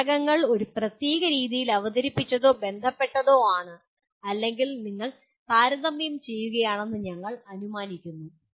ഘടകങ്ങൾ ഒരു പ്രത്യേക രീതിയിൽ അവതരിപ്പിച്ചതോ ബന്ധപ്പെട്ടതോ ആണ് അല്ലെങ്കിൽ നിങ്ങൾ താരതമ്യം ചെയ്യുകയാണെന്ന് നിങ്ങൾ അനുമാനിക്കുന്നു